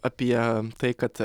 apie tai kad